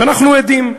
ואנחנו עדים,